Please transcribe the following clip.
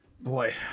Boy